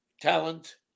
talent